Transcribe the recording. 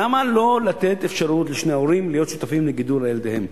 למה לא לתת אפשרות לשני ההורים להיות שותפים לגידול ילדיהם?